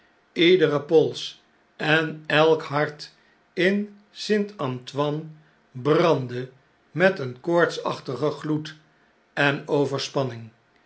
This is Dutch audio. iedere pols en elk hart in st antoine brandde met een koortsachtigen gloed en overspanning